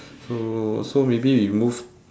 so so maybe we move